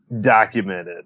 documented